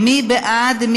מי בעד?